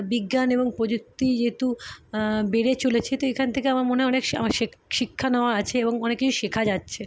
বিজ্ঞান এবং প্রযুক্তি যেহেতু বেড়ে চলেছে তো এখান থেকে আমার মনে হয় অনেক শে শে শিক্ষা নেওয়া আছে এবং অনেক কিছু শেখা যাচ্ছে